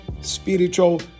spiritual